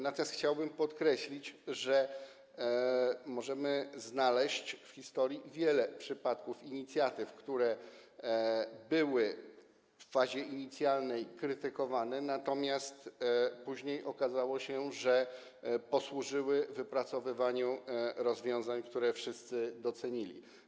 Natomiast chciałbym podkreślić, że możemy znaleźć w historii wiele przypadków inicjatyw, które były w fazie inicjalnej krytykowane, natomiast później okazało się, że posłużyły wypracowaniu rozwiązań, które wszyscy docenili.